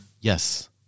Yes